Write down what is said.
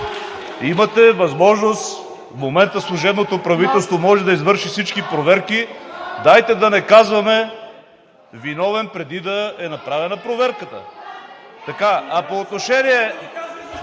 имате възможност, в момента служебното правителство може да извърши всички проверки. Дайте да не казваме „виновен“, преди да е направена проверката.